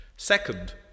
Second